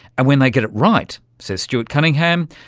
and when they get it right, says stuart cunningham,